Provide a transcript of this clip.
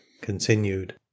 Continued